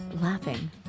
laughing